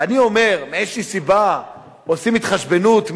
אני אומר: מאיזו סיבה עושים התחשבנות,